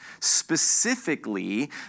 specifically